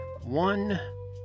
one